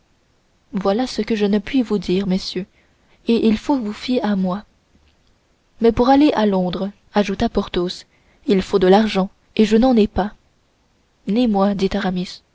voilà ce que je ne puis vous dire messieurs et il faut vous fier à moi mais pour aller à londres ajouta porthos il faut de l'argent et je n'en ai pas ni moi dit